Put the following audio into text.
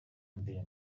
mbere